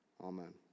Amen